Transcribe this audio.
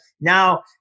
Now